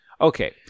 Okay